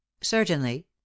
Certainly